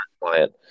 client